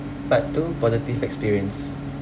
part two positive experience